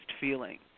feeling